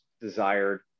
desired